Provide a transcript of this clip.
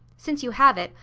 since you have it,